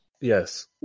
Yes